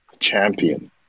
champion